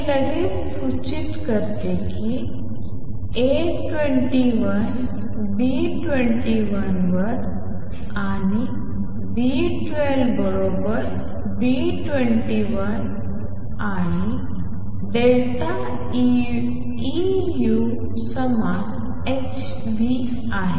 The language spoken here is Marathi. आणि हे लगेच सूचित करते की A21 B21 वर 8πh3c3 आणि B12 बरोबर B21 आणि डेल्टा E u समान h ν आहे